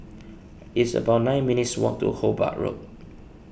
it's about nine minutes' walk to Hobart Road